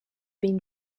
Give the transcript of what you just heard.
been